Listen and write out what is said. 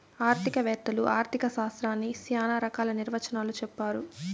ఆర్థిక వేత్తలు ఆర్ధిక శాస్త్రాన్ని శ్యానా రకాల నిర్వచనాలు చెప్పారు